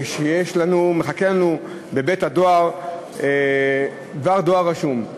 שמחכה לנו בבית-הדואר דבר דואר רשום.